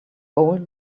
gold